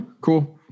Cool